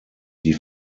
die